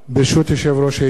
הנני מתכבד להודיעכם,